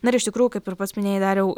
na ir iš tikrųjų kaip ir pats minėjai dariau